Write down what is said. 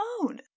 own